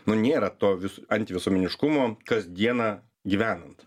nu nėra to vis antivisuomeniškumo kasdieną gyvenant